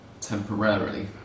temporarily